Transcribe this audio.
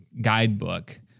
guidebook